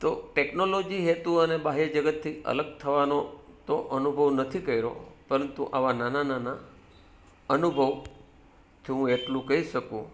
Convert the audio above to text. તો ટેકનોલોજી હેતુ અને બાહ્ય જગતથી અલગ થવાનો તો અનુભવ નથી કર્યો પરંતુ આવા નાના નાના અનુભવોથી હું એટલું કહી શકું